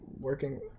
working